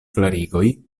klarigoj